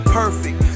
perfect